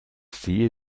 sehe